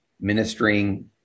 ministering